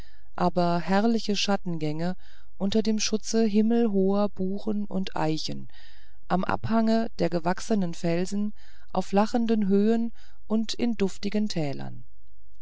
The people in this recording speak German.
aber herrliche schattengänge unter dem schutze himmelhoher buchen und eichen am abhange der bewachsenen felsen auf lachenden höhen und in duftigen tälern